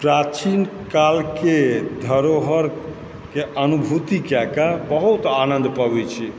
प्राचीन कालके धरोहरके अनुभूति कएकऽ बहुत आनन्द पबय छी